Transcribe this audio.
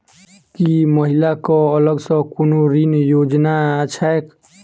की महिला कऽ अलग सँ कोनो ऋण योजना छैक?